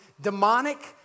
demonic